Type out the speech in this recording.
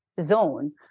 zone